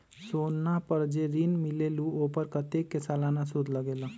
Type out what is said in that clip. सोना पर जे ऋन मिलेलु ओपर कतेक के सालाना सुद लगेल?